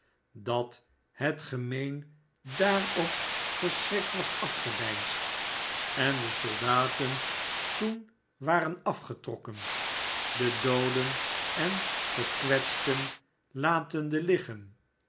dat het gemeen daarop verschrikt was afgedeinsd en de soldaten toen waren afgetrokken de dooden en gekwetsten latende liggen